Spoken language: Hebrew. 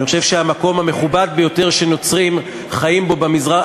אני חושב שהמקום המכובד ביותר שנוצרים חיים בו במזרח,